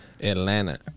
Atlanta